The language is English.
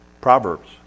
Proverbs